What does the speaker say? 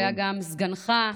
היה גם סגנך,